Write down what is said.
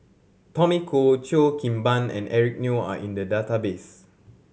Tommy Koh Cheo Kim Ban and Eric Neo are in the database